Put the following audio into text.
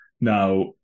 Now